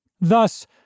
Thus